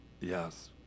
yes